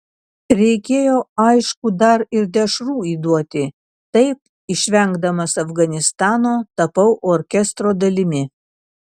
reikėjo aišku dar ir dešrų įduoti taip išvengdamas afganistano tapau orkestro dalimi